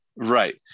right